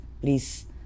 please